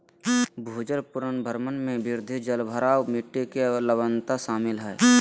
भूजल पुनर्भरण में वृद्धि, जलभराव, मिट्टी के लवणता शामिल हइ